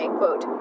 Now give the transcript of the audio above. quote